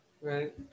Right